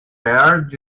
lab